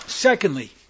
Secondly